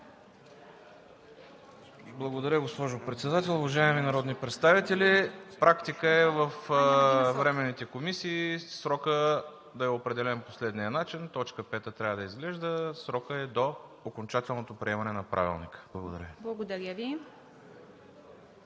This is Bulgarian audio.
Благодаря, госпожо Председател. Уважаеми народни представители! Практика е във временните комисии срокът да е определен по следния начин: Точка 5 трябва да изглежда: „Срокът е до окончателното приемане на Правилника“. Благодаря.